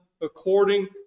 according